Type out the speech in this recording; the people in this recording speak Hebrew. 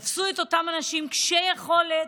תפסו את אותם אנשים קשי יכולת,